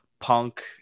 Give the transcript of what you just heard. punk